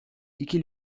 i̇ki